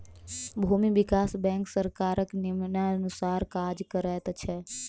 भूमि विकास बैंक सरकारक नियमानुसार काज करैत छै